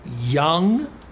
young